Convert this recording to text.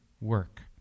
work